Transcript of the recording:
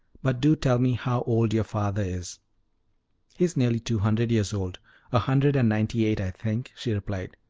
but do tell me how old your father is? he is nearly two hundred years old a hundred and ninety-eight, i think, she replied.